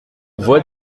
voix